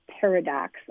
paradox